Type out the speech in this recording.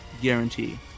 guarantee